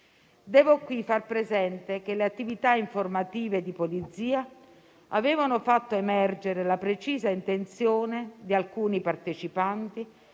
sede far presente che le attività informative di polizia avevano fatto emergere la precisa intenzione di alcuni partecipanti,